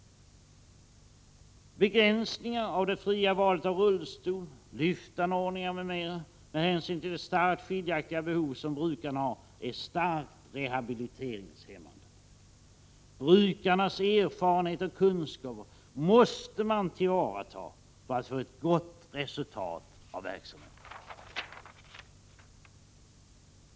Begränsningar av det fria valet av rullstol, lyftanordningar m.m. med hänsyn till de starkt skiljaktiga behov som brukarna har är starkt rehabiliteringshämmande. Brukarnas erfarenheter och kunskaper måste man tillvarata för att få ett gott resultat av verksamheten.